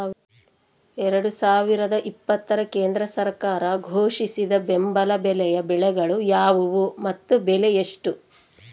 ಎರಡು ಸಾವಿರದ ಇಪ್ಪತ್ತರ ಕೇಂದ್ರ ಸರ್ಕಾರ ಘೋಷಿಸಿದ ಬೆಂಬಲ ಬೆಲೆಯ ಬೆಳೆಗಳು ಯಾವುವು ಮತ್ತು ಬೆಲೆ ಎಷ್ಟು?